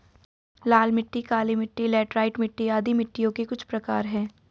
लाल मिट्टी, काली मिटटी, लैटराइट मिट्टी आदि मिट्टियों के कुछ प्रकार है